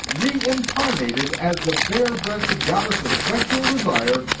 reincarnated as the bare-breasted goddess of sexual desire,